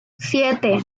siete